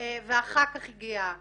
ואחר כך הגיעה